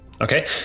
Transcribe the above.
Okay